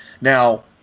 Now